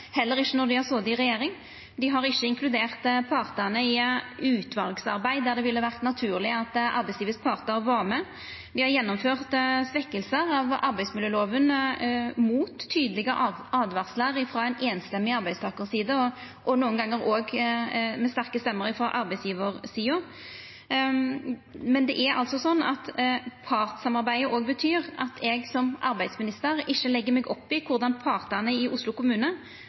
heller ikkje når dei har sete i regjering. Dei har ikkje inkludert partane i utvalsarbeid der det ville vore naturleg at arbeidslivets partar var med. Dei har gjennomført svekkingar av arbeidsmiljøloven, mot tydelege åtvaringar frå ei samrøystes arbeidstakarside og nokre gonger òg med sterke stemmer frå arbeidsgjevarsida. Men partssamarbeidet betyr at eg som arbeidsminister ikkje legg meg opp i korleis partane i Oslo kommune